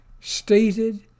stated